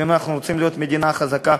ואם אנחנו רוצים להיות מדינה חזקה,